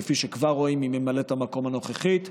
כפי שכבר רואים עם ממלאת המקום הנוכחית,